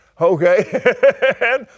Okay